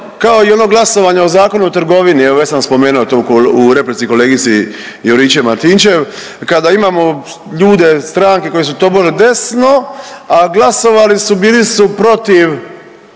kao i ono glasovanje o Zakonu o trgovini, evo već sam spomenuo to u replici kolegici Juričev-Martinčev kada imamo ljude, stranke koji su tobože desno, a glasovali su, bili su protiv